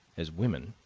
as women,